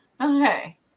Okay